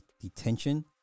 detention